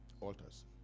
Altars